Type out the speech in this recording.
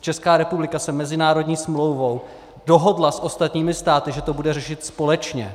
Česká republika se mezinárodní smlouvou dohodla s ostatními státy, že to bude řešit společně.